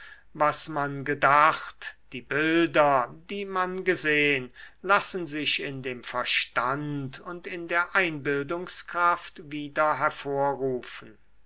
was man gedacht die bilder die man gesehn lassen sich in dem verstand und in der einbildungskraft wieder hervorrufen